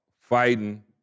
fighting